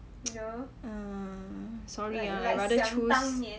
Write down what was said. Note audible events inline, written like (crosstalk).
(noise) uh sorry I rather choose